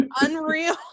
unreal